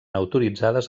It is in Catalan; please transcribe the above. autoritzades